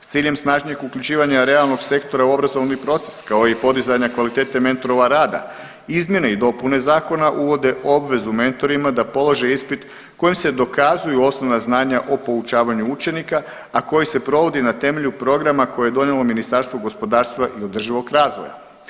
S ciljem snažnije uključivanja realnog sektora u obrazovni proces kao i podizanja kvalitete mentorova rada izmjene i dopune zakona uvode obvezu mentorima da polože ispit kojim se dokazuju osnovna znanja o poučavanju učenika, a koji se provodi na temelju programa koje je donijelo Ministarstvo gospodarstva i održivog razvoja.